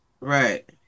Right